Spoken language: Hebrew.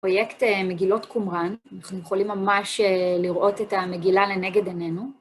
פרויקט מגילות קומראן, אנחנו יכולים ממש לראות את המגילה לנגד עינינו.